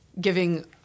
giving